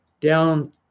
down